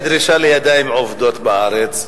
דרישה לידיים עובדות בארץ,